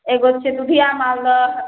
एगो छै दुधिआ मालदह